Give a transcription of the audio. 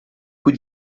cui